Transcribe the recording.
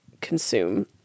consume